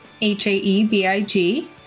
h-a-e-b-i-g